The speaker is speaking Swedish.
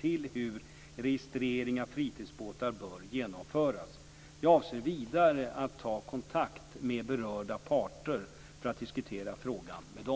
till hur registrering av fritidsbåtar bör genomföras. Jag avser vidare att ta kontakt med berörda parter för att diskutera frågan med dem.